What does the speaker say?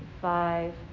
five